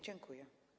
Dziękuję.